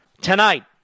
tonight